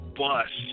bus